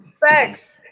Thanks